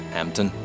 Hampton